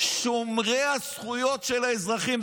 שומרי הזכויות של האזרחים,